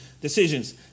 decisions